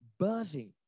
birthing